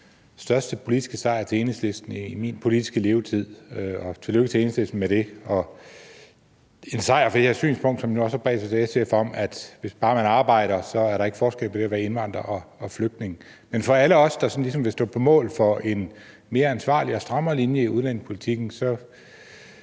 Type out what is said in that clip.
største politiske sejr til Enhedslisten i min politiske levetid. Og tillykke til Enhedslisten med det. Det er en sejr for det her synspunkt, som nu også har bredt sig til SF, om, at hvis bare man arbejder, er der ikke forskel på det at være indvandrer og flygtning. Men alle os, der ligesom vil stå på mål for en mere ansvarlig og strammere linje i udlændingepolitikken, er